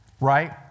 Right